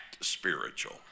spiritual